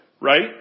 right